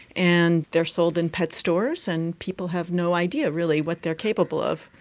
and they are sold in pet stores, and people have no idea really what they are capable of.